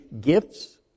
gifts